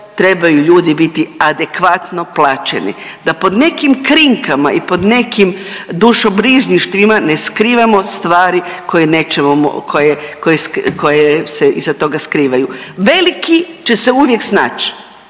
trebaju ljudi biti adekvatno plaćeni, da pod nekim krinkama i pod nekim dušobrižništvima ne skrivamo stvari koje nećemo moći, koje, koje se iza toga skrivaju. Veliki će se uvijek snaći.